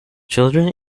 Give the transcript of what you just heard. children